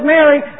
Mary